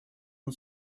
hon